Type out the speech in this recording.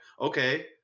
okay